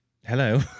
Hello